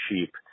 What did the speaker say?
cheap